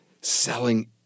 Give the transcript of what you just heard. selling